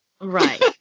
Right